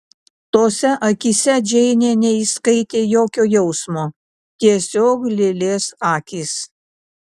tose akyse džeinė neįskaitė jokio jausmo tiesiog lėlės akys